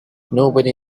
nobody